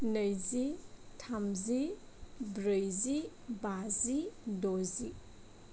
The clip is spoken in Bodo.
नैजि थामजि ब्रैजि बाजि द'जि